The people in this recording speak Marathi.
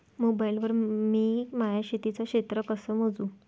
मोबाईल वर मी माया शेतीचं क्षेत्र कस मोजू?